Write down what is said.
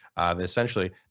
essentially